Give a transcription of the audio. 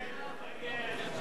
הצעת